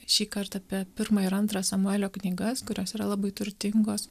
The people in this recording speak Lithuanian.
šįkart apie pirmą ir antrą samuelio knygas kurios yra labai turtingos